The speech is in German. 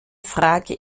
frage